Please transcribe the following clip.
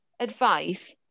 Advice